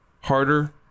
harder